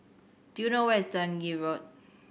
do you know where is Dundee Road